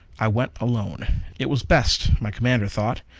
i went alone it was best, my commander thought.